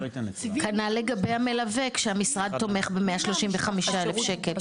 כנ"ל לגבי המלווה שהמשרד תומך ב-125,000 שקלים.